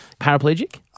paraplegic